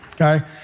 Okay